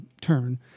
turn